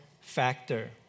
factor